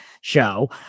show